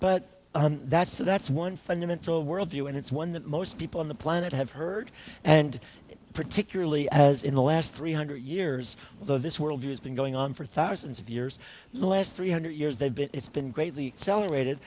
but that's so that's one fundamental worldview and it's one that most people on the planet have heard and particularly as in the last three hundred years although this worldview has been going on for thousands of years in the last three hundred years they've been it's been greatly celebrated